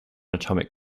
atomic